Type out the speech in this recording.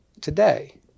today